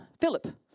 philip